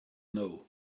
know